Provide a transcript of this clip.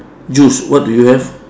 juice what do you have